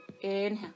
Inhale